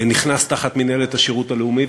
נכנס תחת מינהלת השירות הלאומי,